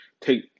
take